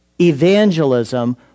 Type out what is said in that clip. evangelism